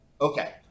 Okay